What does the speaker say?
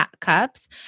cups